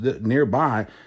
nearby